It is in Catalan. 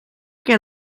que